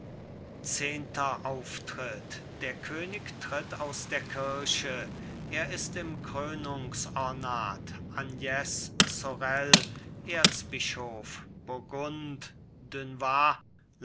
zehnter auftritt der könig tritt aus der kirche er ist im krönungsornat agnes sorel erzbischof burgund